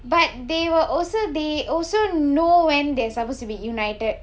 but they will also they also know when they are supposed to be united